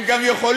הם גם יכולים,